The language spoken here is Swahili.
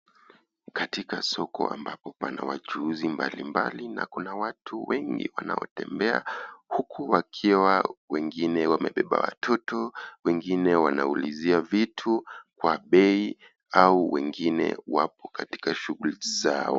Katika soko ambapo pana wachuuzi mbalimbali na kuna watu wengi wanaotembea. Huku wakiwa wengine wamebeba watoto, wengine wanaulizia vitu kwa bei au wengine wapo katika shughuli zao.